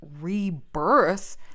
rebirth